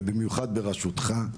ובמיוחד בראשותך,